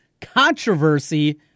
controversy